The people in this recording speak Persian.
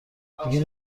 دیگه